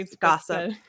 gossip